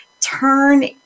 turn